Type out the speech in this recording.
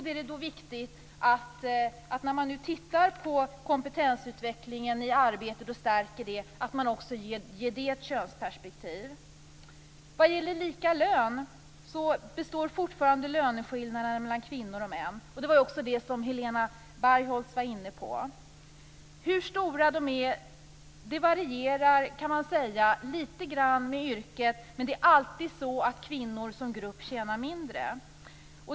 Då är det viktigt att man, när man tittar på kompetensutvecklingen i arbetet och stärker den, också ger det ett könsperspektiv. Vad gäller lika lön kan vi konstatera att löneskillnaderna mellan kvinnor och män består. Det var också det som Helena Bargholtz var inne på. Hur stora de är varierar, kan man säga, lite grann med yrket. Men det är alltid så att kvinnor som grupp tjänar mindre.